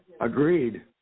Agreed